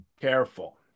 Careful